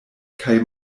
kaj